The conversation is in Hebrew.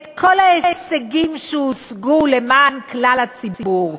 את כל ההישגים שהושגו למען כלל הציבור.